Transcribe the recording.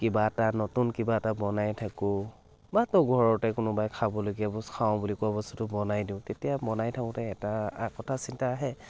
কিবা এটা নতুন কিবা এটা বনাই থাকোঁ বা তো ঘৰতে কোনোবাই খাবলগীয়া বস্তু খাওঁ বুলি কোৱা বস্তুটো বনাই দিওঁ তেতিয়া বনাই থাকোঁতে এটা কথা চিন্তা আহে